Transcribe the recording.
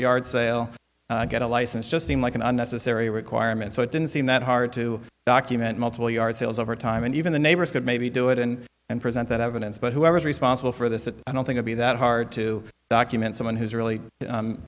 yard sale get a license just seem like an unnecessary requirement so it didn't seem that hard to document multiple yard sales over time and even the neighbors could maybe do it and then present that evidence but whoever is responsible for this that i don't think i'd be that hard to document someone who's really